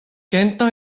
kentañ